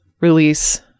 release